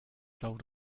sold